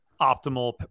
optimal